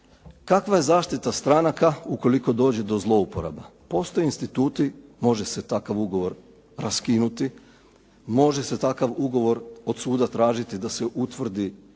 Kakva je zaštita stranaka ukoliko dođe do zlouporabe? Postoje instituti, može se takav ugovor raskinuti, može se takav ugovor od suda tražiti da se utvrdi